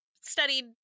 studied